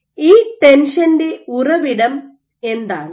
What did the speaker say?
ഈ ടെൻഷന്റെ ഉറവിടം എന്താണ്